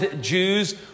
Jews